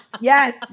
Yes